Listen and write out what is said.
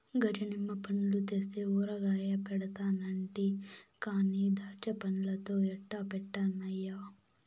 గజ నిమ్మ పండ్లు తెస్తే ఊరగాయ పెడతానంటి కానీ దాచ్చాపండ్లతో ఎట్టా పెట్టన్నయ్యా